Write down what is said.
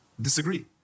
disagree